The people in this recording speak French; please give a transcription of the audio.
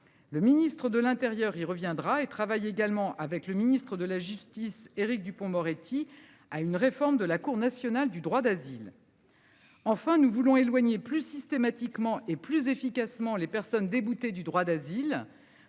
Le ministre de l'Intérieur. Il reviendra et travaille également avec le ministre de la Justice Éric Dupond-Moretti à une réforme de la Cour nationale du droit d'asile. Enfin, nous voulons éloigner plus systématiquement et plus efficacement les personnes déboutées du droit d'asile.